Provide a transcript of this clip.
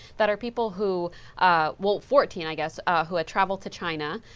that are people who well, fourteen, i guess ah who had traveled to china,